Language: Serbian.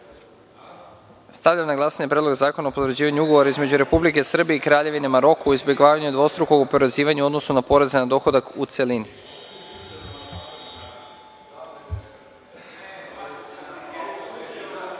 zakona. Stavljam na glasanje Predlog zakona o potvrđivanju Ugovora između Republike Srbije i Kraljevine Maroko o izbegavanju dvostrukog oporezivanja u odnosu na poreze na dohodak. Molim